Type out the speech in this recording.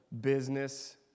business